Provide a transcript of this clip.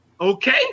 okay